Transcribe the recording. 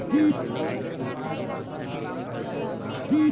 हमनी के कीट के पहचान कइसे कर सकत बानी?